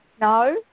No